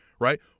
right